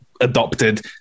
adopted